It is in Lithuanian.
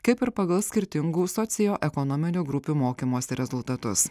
kaip ir pagal skirtingų socioekonominių grupių mokymosi rezultatus